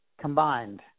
combined